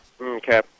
Okay